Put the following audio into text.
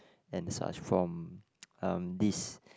and such from um this